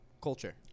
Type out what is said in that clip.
culture